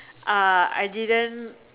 uh I didn't